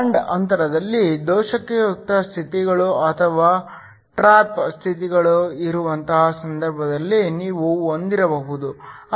band ಅಂತರದಲ್ಲಿ ದೋಷಯುಕ್ತ ಸ್ಥಿತಿಗಳು ಅಥವಾ ಟ್ರ್ಯಾಪ್ ಸ್ಥಿತಿಗಳು ಇರುವಂತಹ ಸಂದರ್ಭಗಳನ್ನು ನೀವು ಹೊಂದಿರಬಹುದು